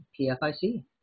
PFIC